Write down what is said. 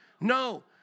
No